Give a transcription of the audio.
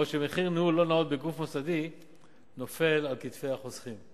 בעוד שמחיר ניהול לא נאות בגוף מוסדי נופל על כתפי החוסכים.